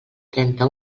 trenta